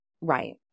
Right